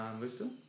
Wisdom